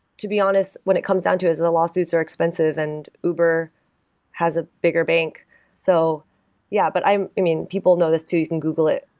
to be honest, what it comes down to is the lawsuits are expensive and uber has a bigger bank so yeah but i mean, people know this too. you can google it.